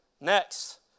Next